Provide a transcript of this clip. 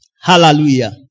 Hallelujah